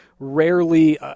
rarely